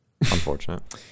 Unfortunate